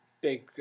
big